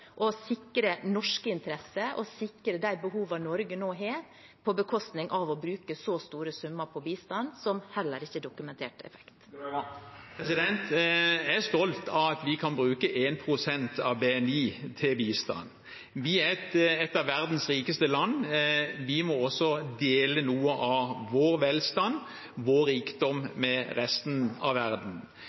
å sikre norske interesser og sikre de behovene Norge nå har, på bekostning av å bruke så store summer på bistand som heller ikke har dokumentert effekt? Jeg er stolt av at vi kan bruke 1 pst. av BNI til bistand. Vi er et av verdens rikeste land, og vi må dele noe av vår velstand og vår rikdom med resten av verden.